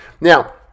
Now